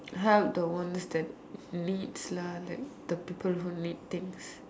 help the ones that needs lah like the people who need things